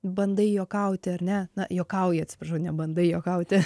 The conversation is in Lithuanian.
bandai juokauti ar ne na juokauji atsiprašau nebandai juokauti